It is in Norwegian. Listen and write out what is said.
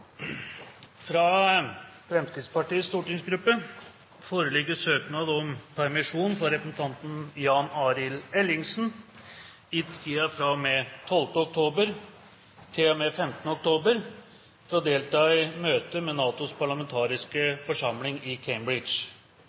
Fra Fremskrittspartiets stortingsgruppe foreligger søknad om permisjon for representanten Jan Arild Ellingsen i tiden fra og med 12. oktober til og med 15. oktober for å delta i møter med NATOs parlamentariske forsamling i